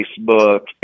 Facebook